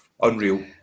unreal